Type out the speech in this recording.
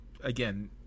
again